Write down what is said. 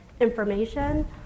information